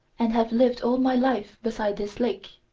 and have lived all my life beside this lake.